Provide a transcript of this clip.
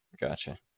Gotcha